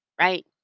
Right